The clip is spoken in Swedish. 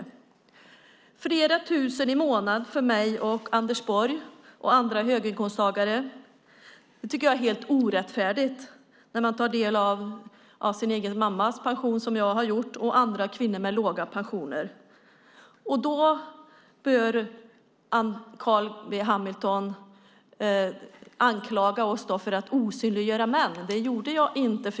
Jag tycker att det blir orättfärdigt med flera tusen i månaden för mig, Anders Borg och andra höginkomsttagare när man tar del av sin egen mammas pension, som jag har gjort. Det gäller även andra kvinnor med låga pensioner. Carl B Hamilton anklagar oss för att osynliggöra män. Det gjorde jag inte.